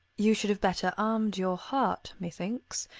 you should have better armed your heart, methinks,